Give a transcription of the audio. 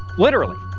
literally.